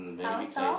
how tall